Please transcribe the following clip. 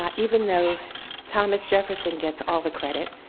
um even though thomas jefferson gets all the credit,